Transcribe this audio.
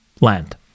land